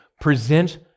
present